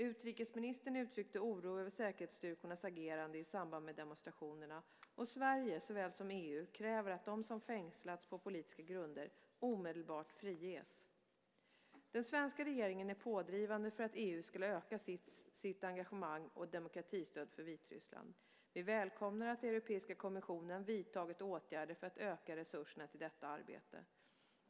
Utrikesministern uttryckte oro över säkerhetsstyrkornas agerande i samband med demonstrationerna och Sverige såväl som EU kräver att de som fängslats på politiska grunder omedelbart friges. Den svenska regeringen är pådrivande för att EU ska öka sitt engagemang och demokratistöd för Vitryssland. Vi välkomnar att Europeiska kommissionen vidtagit åtgärder för att öka resurserna till detta arbete.